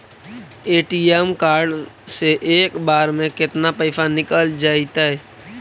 ATM card से एक बार में केतना पैसा निकल जइतै?